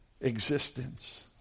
existence